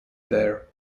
there